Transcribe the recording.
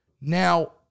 Now